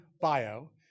bio